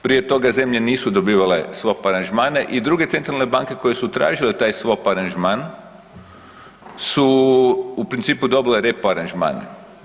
Prije toga zemlje nisu dobivale Swap aranžmane i druge centralne banke koje su tražile taj Swap aranžman su u principu dobile repo aranžmane.